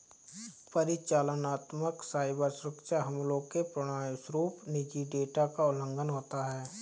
परिचालनात्मक साइबर सुरक्षा हमलों के परिणामस्वरूप निजी डेटा का उल्लंघन होता है